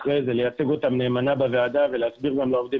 לייצג אותם נאמנה בוועדה ולהסביר גם לעובדים